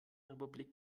republik